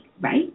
right